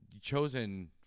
chosen